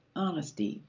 honesty,